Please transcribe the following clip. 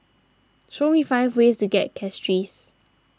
show me five ways to get Castries